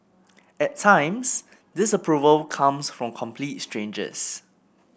at times disapproval comes from complete strangers